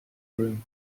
room